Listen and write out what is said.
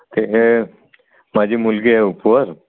ते माझी मुलगी आहे उपवर